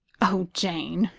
oh, jane,